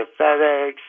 FedEx